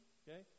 okay